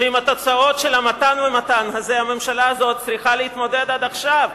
שעם התוצאות של המתן ומתן הזה הממשלה הזאת צריכה להתמודד עד עכשיו.